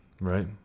Right